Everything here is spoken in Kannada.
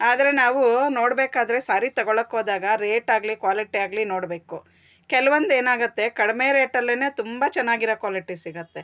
ಆದರೆ ನಾವು ನೋಡ್ಬೇಕಾದ್ರೆ ಸಾರಿ ತೊಗೊಳ್ಳೋಕೋದಾಗ ರೇಟಾಗಲಿ ಕಾಲಿಟಿ ಆಗಲಿ ನೋಡಬೇಕು ಕೆಲವೊಂದು ಏನಾಗುತ್ತೆ ಕಡಿಮೆ ರೇಟಲ್ಲಿಯೇ ತುಂಬ ಚೆನ್ನಾಗಿರೋ ಕಾಲಿಟಿ ಸಿಗುತ್ತೆ